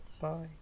Bye